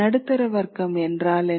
நடுத்தர வர்க்கம் என்றால் என்ன